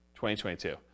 2022